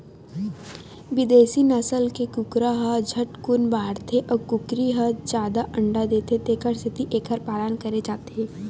बिदेसी नसल के कुकरा ह झटकुन बाड़थे अउ कुकरी ह जादा अंडा देथे तेखर सेती एखर पालन करे जाथे